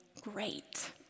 great